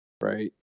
right